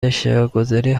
اشتراکگذاری